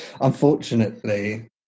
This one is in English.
unfortunately